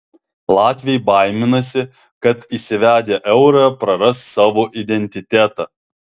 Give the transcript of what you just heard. latviai baiminasi kad įsivedę eurą praras savo identitetą